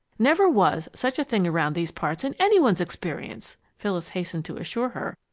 never was such a thing around these parts, in any one's experience! phyllis hastened to assure her,